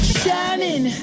shining